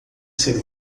ser